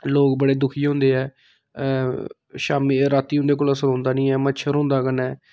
लोक बड़े दुखी होंदे ऐ शाम्मी रातीं उं'दे कोला सलोंदा नेईं ऐ मच्छर होंदा कन्नै